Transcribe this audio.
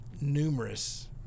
numerous